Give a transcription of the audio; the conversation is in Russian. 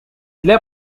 для